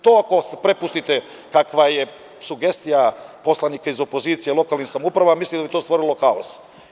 To ako prepustite, a kakva je sugestija poslanika iz opozicije, lokalnim samoupravama, mislim da bi to stvorilo haos.